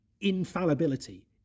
infallibility